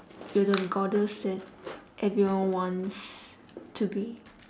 you're the goddess that everyone wants to be